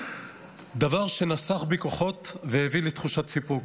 דבר שנסך בי כוחות והביא לתחושת סיפוק.